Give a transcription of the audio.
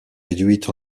réduite